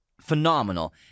phenomenal